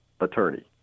attorney